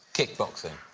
kickboxing.